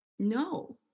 No